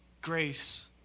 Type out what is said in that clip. Grace